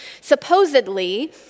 Supposedly